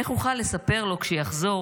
איך אוכל לספר לו, כשיחזור,